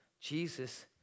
Jesus